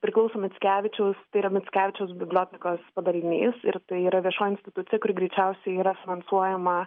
priklauso mickevičiaus tai yra mickevičiaus bibliotekos padalinys ir tai yra viešoji institucija kuri greičiausiai yra finansuojama